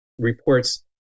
reports